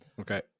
okay